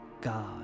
God